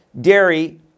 dairy